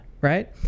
Right